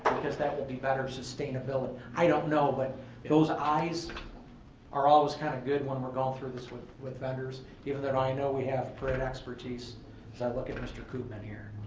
because that will be better sustainability. i don't know, but those eyes are always kind of good when we're going through this with with vendors. even though i know we have great expertise, as i look at mr. coopman, here.